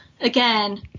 again